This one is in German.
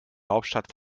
hauptstadt